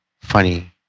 funny